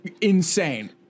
insane